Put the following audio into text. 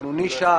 אנחנו נישה.